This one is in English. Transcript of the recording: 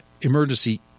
emergency